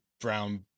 brown